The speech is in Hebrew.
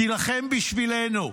תילחם בשבילנו,